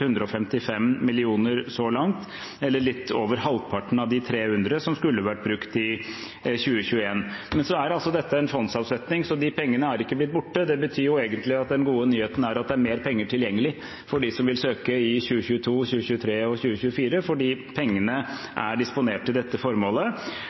155 mill. kr så langt, eller litt over halvparten av de 300 mill. kr som skulle vært brukt i 2021. Men dette er en fondsavsetning, så de pengene er ikke blitt borte. Det betyr egentlig at den gode nyheten er at det er mer penger tilgjengelig for de som vil søke i 2022, 2023 og 2024, fordi